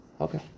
Okay